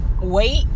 wait